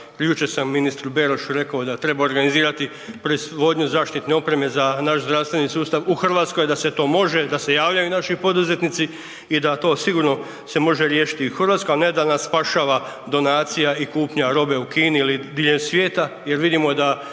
Jučer sam ministru Berošu rekao da treba organizirati proizvodnju zaštitne opreme za naš zdravstveni sustav u RH, da se to može, da se javljaju naši poduzetnici i da to sigurno se može riješiti i u RH, a ne da nas spašava donacija i kupnja robe u Kini ili diljem svijeta jer vidimo da